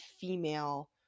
female